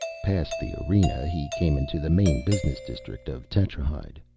past the arena, he came into the main business district of tetrahyde.